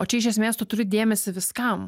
o čia iš esmės tu turi dėmesį viskam